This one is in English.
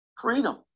freedom